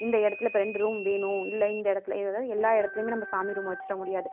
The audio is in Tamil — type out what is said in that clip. இந்த எடத்தில் இப்போ ரெண்டு ரூம் வேணும் இல்லை இந்த எடத்தில் இ அதாவது எல்லா இடத்துலியுமே நம்ப சாமி ரூம் வெச்சிட முடியாது